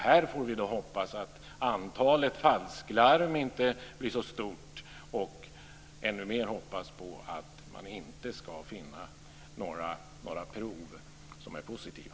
Vi får då hoppas att antalet falsklarm inte blir så stort och ännu mer hoppas att man inte ska finna några prov som är positiva.